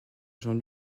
jean